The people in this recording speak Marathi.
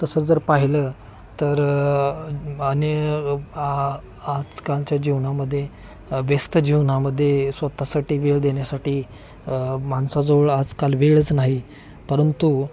तसं जर पाहिलं तर आणि आ आजकालच्या जीवनामध्येे व्यस्त जीवनामध्येे स्वतःसाठी वेळ देण्यासाठी माणसाजवळ आजकाल वेळच नाही परंतु